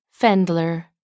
Fendler